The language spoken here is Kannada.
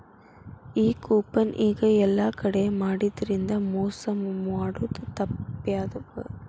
ಈ ಕೂಪನ್ ಈಗ ಯೆಲ್ಲಾ ಕಡೆ ಮಾಡಿದ್ರಿಂದಾ ಮೊಸಾ ಮಾಡೊದ್ ತಾಪ್ಪ್ಯಾವ